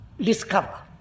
discover